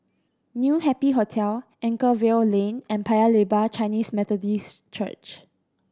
New Happy Hotel Anchorvale Lane and Paya Lebar Chinese Methodist Church